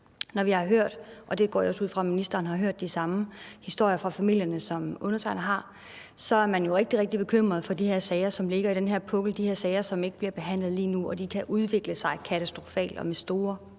vi jo har hørt, og jeg går ud fra, at ministeren har hørt de samme historier fra familierne, som undertegnede har, er, at man er rigtig, rigtig bekymret for de her sager, som ligger i den her pukkel – de her sager, som ikke bliver behandlet lige nu, og som kan udvikle sig katastrofalt og med kæmpestore